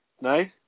No